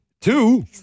Two